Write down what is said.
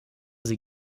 sie